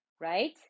right